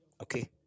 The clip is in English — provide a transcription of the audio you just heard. Okay